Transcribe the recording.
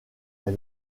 est